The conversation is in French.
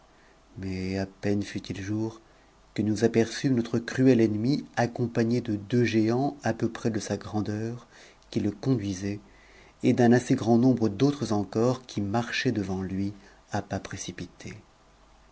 mais à peine fut ii jour que nous aperçûmes notre cruel ennemi accompagné de deux géants à peu près de sa grandeur qui le conduisaient et d'un assez grand uom f d'autres qui marchaient devant lui à pas précipités